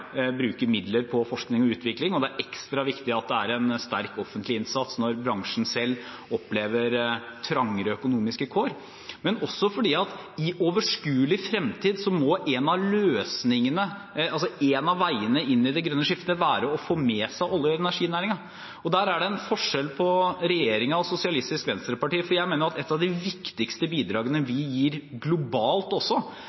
midler på forskning og utvikling – og det er ekstra viktig at det er en sterk offentlig innsats når bransjen selv opplever trangere økonomiske kår – men også fordi en av løsningene, en av veiene inn i det grønne skiftet, i uoverskuelig fremtid må være å få med seg olje- og energinæringen. Der er det en forskjell på regjeringen og Sosialistisk Venstreparti, for jeg mener at et av de viktigste bidragene vi gir globalt også,